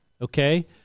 Okay